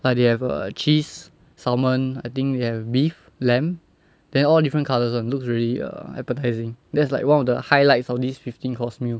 like they have err like cheese salmon I think they have beef lamb then all different colours [one] looks really err appetising that's like one of the highlights of this fifteen course meal